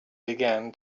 began